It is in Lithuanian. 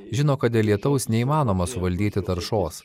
žino kad dėl lietaus neįmanoma suvaldyti taršos